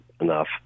enough